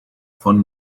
von